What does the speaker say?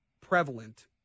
prevalent